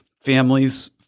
families